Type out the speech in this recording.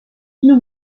nous